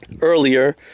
earlier